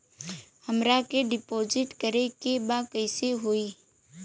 हमरा के डिपाजिट करे के बा कईसे होई?